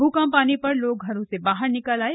भूकंप आने पर लोग घरों से बाहर निकल आये